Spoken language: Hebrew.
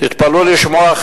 תתפלאו לשמוע.